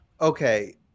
Okay